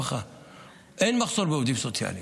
אין מחסור בעובדים סוציאליים.